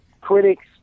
critics